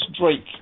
Drake